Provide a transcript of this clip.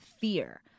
fear